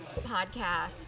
podcast